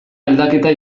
aldaketa